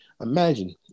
Imagine